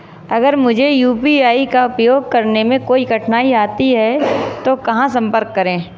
अगर मुझे यू.पी.आई का उपयोग करने में कोई कठिनाई आती है तो कहां संपर्क करें?